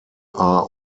are